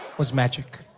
was magic.